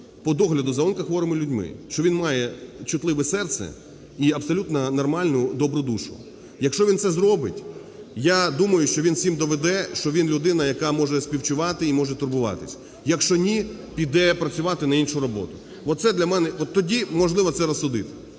по догляду за онкохворими людьми, що він має чутливе серце і абсолютно нормальну добру душу. Якщо він це зробить, я думаю, що він всім доведе, що він людина, яка може співчувати і може турбуватись. Якщо ні, піде працювати на іншу роботу. Оце для мене… От тоді можливо це розсудити.